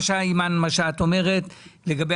מה שאומרת חברת הכנסת אימאן ח'טיב לגבי